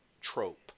trope